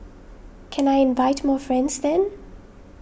can I invite more friends then